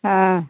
हाँ